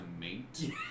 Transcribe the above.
mate